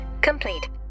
complete